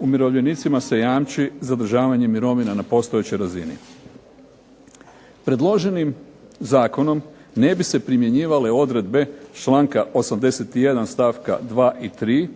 umirovljenicima se jamči zadržavanje mirovina na postojećoj razini. Predloženim zakonom ne bi se primjenjivale odredbe članka 81. stavka 2. i 3.